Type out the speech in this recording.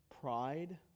pride